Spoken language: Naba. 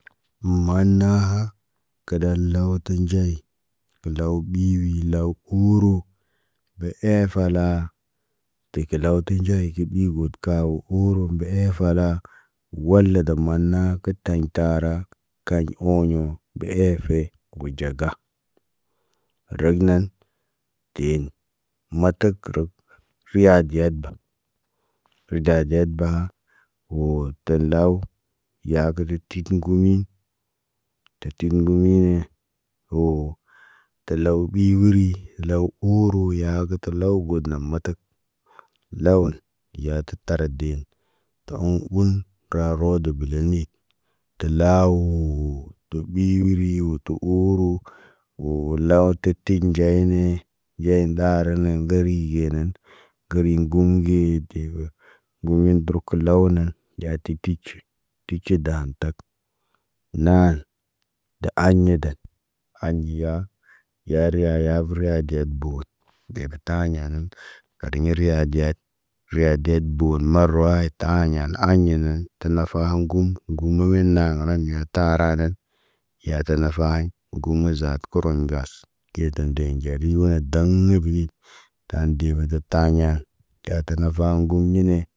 Wo maana ha. Kadalla wata nɟay. Kəlaw ɓi ɓi law uuro. Be ɛfe la. Tikelaw te nɟey ki ɓi got kaw uuru mbe eefe la. Walla da manna kə taɲ tara. Kay oɲõ be ɛfe got ɟaga. Rəm nan, teen matak rɔk, ruwaad diyad ba. Ridat deya baha, woo, təllaw ya kə də tit gomin. Tatit gomine woo, tal law ɓiwiri law uuro yaa gə tə law got na matak. Lawun, yatu taraden, to oŋg uŋg raro de bəle ni. Tə laww, to ɓiri wo to ooro. Woo, lawtit tit nɟay nee. Yay ndar na ŋgeri genen, ŋgeri gum ge de deba, ŋgumin dərokə law nan ndiyati kic kici daan tak. Naal, de aɲa dal An nɟiya, yariya ya vəriya get boot, deb ga taɲa kadiɲa riya diyet. Riya diyet boon marawaayita taaɲan aaɲenen, tə nafa gum, gum muwena gana ya taradan. Yatəfa haɲ, gum na zaatə koreɲ mbas, kiyeten deɲ ɟari wat daŋg ɲubinit. Taan debədat taɲa, tatə nafa ŋgum ɟine.